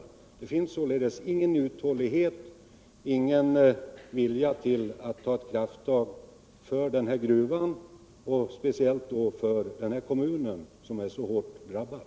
Det finns således ingen uthållighet och ingen vilja att ta ett krafttag för den här gruvan och då speciellt för den här kommunen som är så hårt drabbad.